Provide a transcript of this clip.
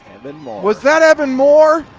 evan moore was that evan moore?